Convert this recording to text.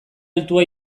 altua